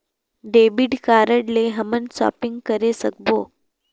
Debit card ले हमन shopping करे सकबो?